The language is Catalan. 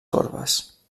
corbes